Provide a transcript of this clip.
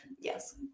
Yes